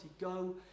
Go